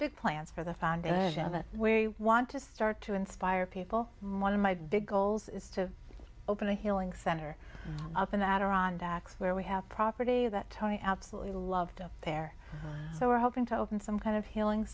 big play and for the found out that we want to start to inspire people one of my big goals is to open a healing center up in the adirondacks where we have property that tony absolutely loved up there so we're hoping to open some kind of healing